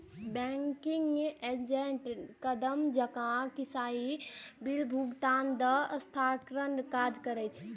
banking agent नकद जमा, निकासी, बिल भुगतान, धन हस्तांतरणक काज करै छै